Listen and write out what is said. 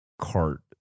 cart